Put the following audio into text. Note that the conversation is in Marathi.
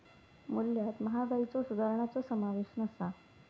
मूल्यात महागाईच्यो सुधारणांचो समावेश नसा